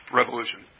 revolution